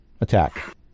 attack